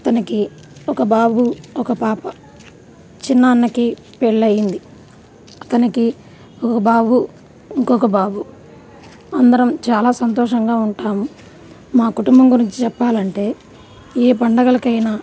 అతనికి ఒక బాబు ఒక పాప చిన్న అన్నకి పెళ్ళైంది అతనికి ఒక బాబు ఇంకొక బాబు అందరం చాలా సంతోషంగా ఉంటాం మా కుటుంబం గురించి చెప్పాలంటే ఏ పండగలకైనా